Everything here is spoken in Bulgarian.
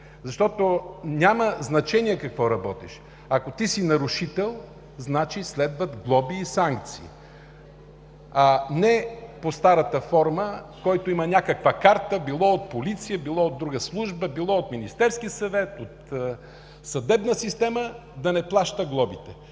Закона. Няма значение какво работиш, ако ти си нарушител, значи следват глоби и санкции, а не по старата форма – който има някаква карта било от полиция, било от друга служба, било от Министерския съвет, от съдебната система да не плаща глобите.